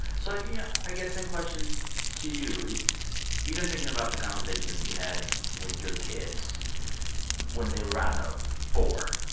so, like, yeah i guess same question to you even thinking about the conversations that you had with your kids when they were i don't know four,